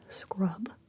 scrub